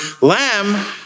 lamb